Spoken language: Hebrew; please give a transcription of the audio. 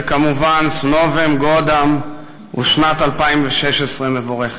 וכמובן S novim godom ושנת 2016 מבורכת.